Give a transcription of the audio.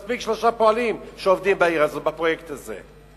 מספיק שלושה פועלים שעובדים בפרויקט הזה.